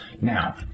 Now